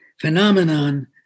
phenomenon